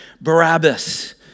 Barabbas